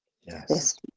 Yes